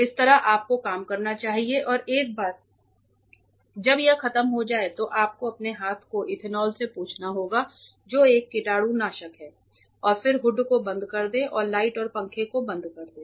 इस तरह आपको काम करना चाहिए और एक बार जब यह खत्म हो जाए तो आपको अपने हाथों को इथेनॉल से पोंछना होगा जो एक कीटाणुनाशक है और फिर हुड को बंद कर दें और लाइट और पंखे को बंद कर दें